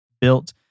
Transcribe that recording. built